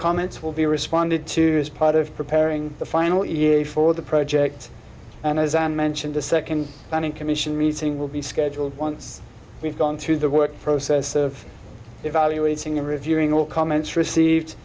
comments will be responded to as part of preparing the final event for the project and as an mentioned the second planning commission meeting will be scheduled once we've gone through the work process of evaluating a reviewing all comments received